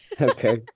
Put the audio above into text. Okay